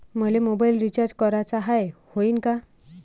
मले mobile recharge कराचा हाय, होईनं का?